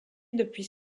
depuis